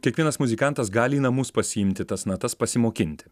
kiekvienas muzikantas gali į namus pasiimti tas natas pasimokinti